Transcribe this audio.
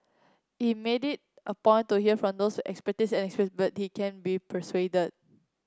he made it a point to hear from those with expertise and but he can be persuaded